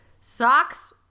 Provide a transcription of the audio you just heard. socks